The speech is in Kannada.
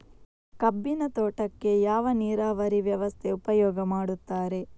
ಕಬ್ಬಿನ ತೋಟಕ್ಕೆ ಯಾವ ನೀರಾವರಿ ವ್ಯವಸ್ಥೆ ಉಪಯೋಗ ಮಾಡುತ್ತಾರೆ?